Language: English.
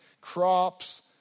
Crops